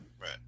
Right